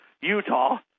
Utah